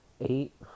Eight